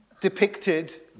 depicted